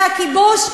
זה הכיבוש.